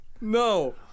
no